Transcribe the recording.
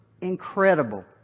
incredible